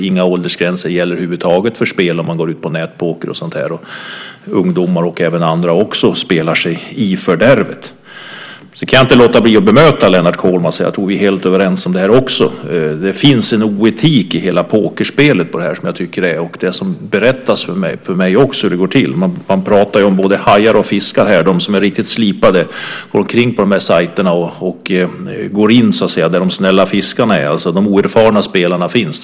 Inga åldersgränser gäller över huvud taget där för nätpokerspel, och ungdomar och även andra spelar sig i fördärvet. Sedan kan jag inte låta bli att bemöta Lennart Kollmats, fast jag tror att vi är helt överens om det här också. Det finns en oetik i hela pokerspelet. Det berättas också för mig hur det går till. Man pratar ju om både hajar och fiskar här. De som är riktigt slipade går omkring på de här sajterna och går så att säga in där de snälla fiskarna finns, alltså där de oerfarna spelarna finns.